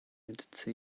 mit